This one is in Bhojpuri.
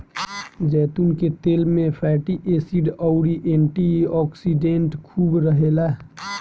जैतून के तेल में फैटी एसिड अउरी एंटी ओक्सिडेंट खूब रहेला